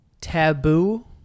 taboo